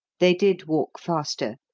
they did walk faster,